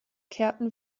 kehrten